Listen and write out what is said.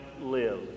live